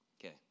okay